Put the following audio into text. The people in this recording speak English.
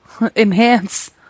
Enhance